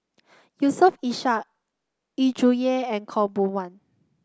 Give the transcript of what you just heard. Yusof Ishak Yu Zhuye and Khaw Boon Wan